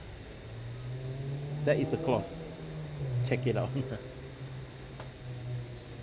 that is the clause check it out